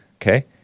okay